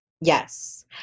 Yes